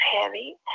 heavy